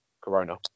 corona